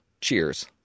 Cheers